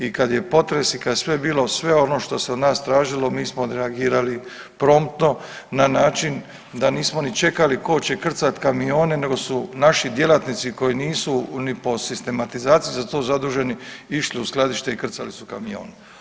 I kad je sve bilo, sve ono što se od nas tražilo mi smo odreagirali promptno na način da nismo ni čekali tko će krcat kamione nego su naši djelatnici koji nisu ni po sistematizaciji za to zaduženi išli u skladište i krcali su kamion.